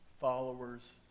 followers